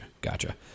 gotcha